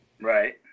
Right